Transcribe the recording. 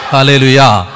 Hallelujah